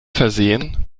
versehen